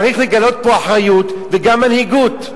אז צריך לגלות פה אחריות וגם מנהיגות.